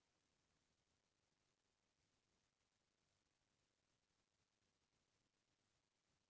mutual बचत खाता ला आपसी सहयोग खातिर बनाथे